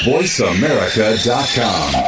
VoiceAmerica.com